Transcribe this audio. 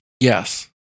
Yes